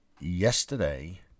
yesterday